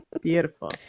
Beautiful